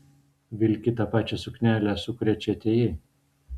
vilki tą pačią suknelę su kuria čia atėjai